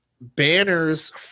banners